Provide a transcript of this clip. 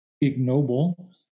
ignoble